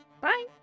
Bye